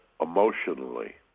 emotionally